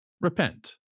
repent